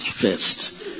first